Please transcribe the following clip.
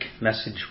message